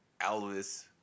elvis